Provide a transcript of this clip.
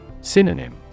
Synonym